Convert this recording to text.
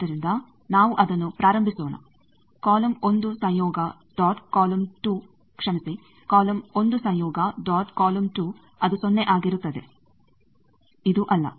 ಆದ್ದರಿಂದ ನಾವು ಅದನ್ನು ಪ್ರಾರಂಭಿಸೋಣ ಕಾಲಮ್1 ಸಂಯೋಗ ಡೊಟ್ ಕಾಲಮ್2 ಕ್ಷಮಿಸಿ ಕಾಲಮ್1 ಸಂಯೋಗ ಡೊಟ್ ಕಾಲಮ್2 ಅದು ಸೊನ್ನೆ ಆಗಿರುತ್ತದೆ ಇದು ಅಲ್ಲ